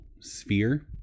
sphere